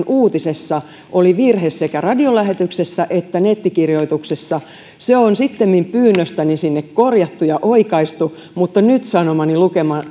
uutisessa oli virhe sekä radiolähetyksessä että nettikirjoituksessa se on sittemmin pyynnöstäni sinne korjattu ja oikaistu mutta nyt sanomani lukema